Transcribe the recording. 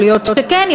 ייתכן שכן,